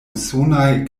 usonaj